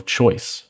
choice